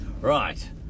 Right